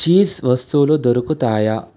cheese వస్తువులు దొరుకుతాయా